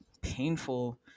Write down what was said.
painful